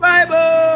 Bible